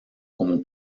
como